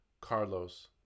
Carlos